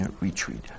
retreat